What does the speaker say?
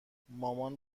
مامان